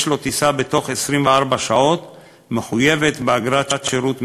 לו טיסה בתוך 24 שעות מחויבת באגרת שירות מיוחד,